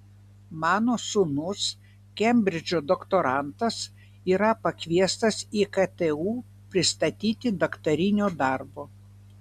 mano sūnus kembridžo doktorantas yra pakviestas į ktu pristatyti daktarinio darbo